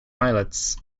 islets